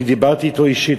אני דיברתי אתו אישית.